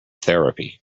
therapy